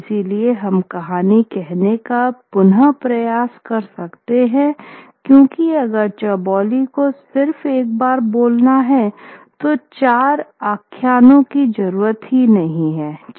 इसलिए हम कहानी कहने का पुन प्रयास कर सकते हैं क्यूंकि अगर चौबोली को सिर्फ एक बार बोलना होता है तो चार आख्यानों की ज़रुरत ही नहीं होती